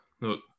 look